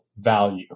value